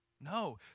No